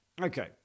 Okay